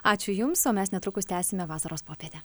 ačiū jums o mes netrukus tęsime vasaros popietę